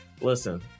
listen